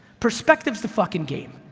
perspective is the fucking game,